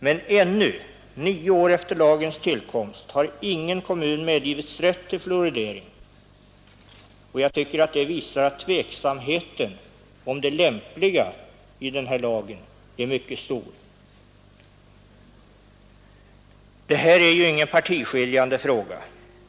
Men ännu, nio år efter lagens tillkomst, har ingen kommun påbörjat fluoridering. Jag tycker att det visar att tveksamheten om det lämpliga i den här lagen är mycket stor. Detta är ju ingen partiskiljande fråga.